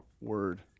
word